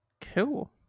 Cool